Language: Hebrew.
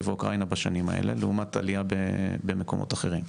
ואוקראינה בשנים האלו לעומת עלייה במקומות אחרים.